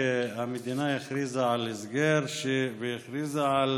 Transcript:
שהמדינה הכריזה על הסגר והכריזה על